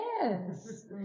Yes